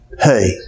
hey